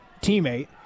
teammate